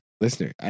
listener